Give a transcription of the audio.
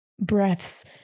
breaths